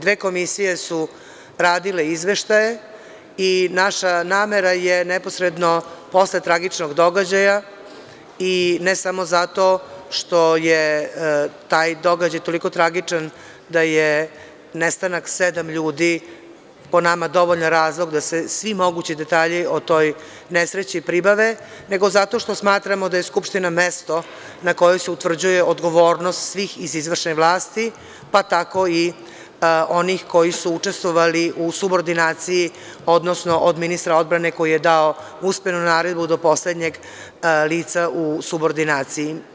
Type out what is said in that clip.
Dve komisije su radile izveštaje i naša namera je neposredno posle tragičnog događaja i ne samo zato što je taj događaj toliko tragičan da je nestanak sedam ljudi po nama dovoljan razlog da se svi mogući detalji o toj nesreći pribave, nego zato što smatramo da je Skupština mesto na kojoj se utvrđuje odgovornost svih iz izvršne vlasti, pa tako i onih koji su učestvovali u subordinaciji, odnosno od ministra odbrane koji je dao usmenu naredbu, do poslednjeg lica u subordinaciji.